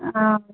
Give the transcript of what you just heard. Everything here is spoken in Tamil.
ஆ